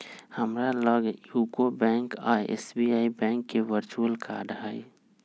हमरा लग UCO bank आऽ एस.बी.आई बैंक के वर्चुअल कार्ड हइ